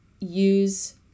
use